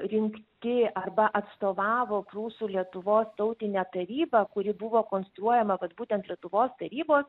rinkti arba atstovavo prūsų lietuvos tautinę tarybą kuri buvo konstruojama vat būtent lietuvos tarybos